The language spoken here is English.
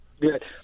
good